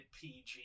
PG